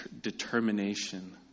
determination